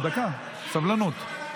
דקה, סבלנות.